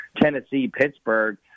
Tennessee-Pittsburgh